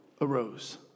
arose